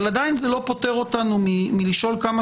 אבל עדיין זה לא פוטר אותנו מלשאול כמה